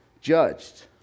judged